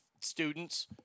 students